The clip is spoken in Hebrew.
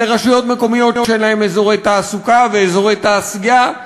אלה רשויות מקומיות שאין להן אזורי תעסוקה ואזורי תעשייה,